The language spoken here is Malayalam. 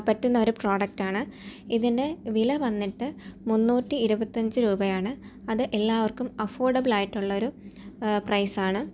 പറ്റുന്ന ഒരു പ്രോഡക്ടാണ് ഇതിൻ്റെ വില വന്നിട്ട് മുന്നൂറ്റി ഇരുപത്തി അഞ്ച് രൂപയാണ് അത് എല്ലാവർക്കും അഫോർഡബിളായിട്ടുള്ള ഒരു പ്രൈസാണ്